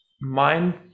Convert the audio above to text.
mind